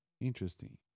interesting